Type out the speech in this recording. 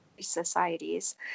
societies